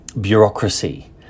bureaucracy